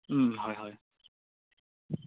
ওম হয় হয়